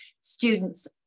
students